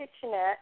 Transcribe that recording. kitchenette